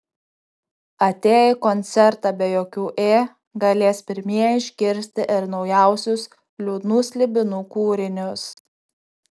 atėję į koncertą be jokių ė galės pirmieji išgirsti ir naujausius liūdnų slibinų kūrinius